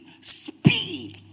speed